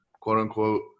quote-unquote